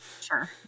Sure